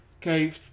Okay